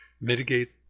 mitigate